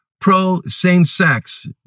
pro-same-sex